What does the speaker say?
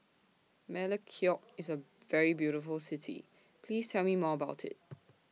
Melekeok IS A very beautiful City Please Tell Me More about IT